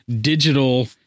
digital